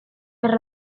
per